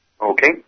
Okay